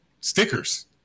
stickers